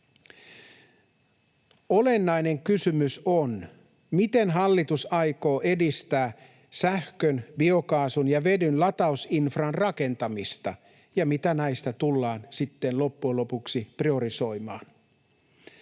Olennainen kysymys on, miten hallitus aikoo edistää sähkön, biokaasun ja vedyn latausinfran rakentamista ja mitä näistä tullaan sitten loppujen lopuksi priorisoimaan.